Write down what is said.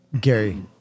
Gary